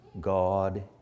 God